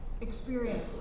experience